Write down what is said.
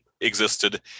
existed